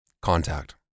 Contact